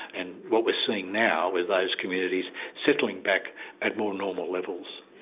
and what we're seeing now is those communities settling back at more normal levels.